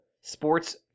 sports